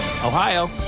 Ohio